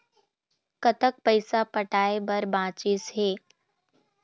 कतक पैसा पटाए बर बचीस हे?